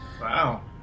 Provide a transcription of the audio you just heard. Wow